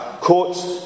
courts